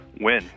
Win